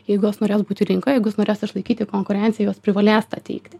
jeigu jos norės būti rinkoje jeigu norės išlaikyti konkurenciją jos privalės tą teikti